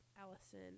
Allison